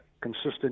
consistent